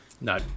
No